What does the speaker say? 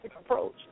approach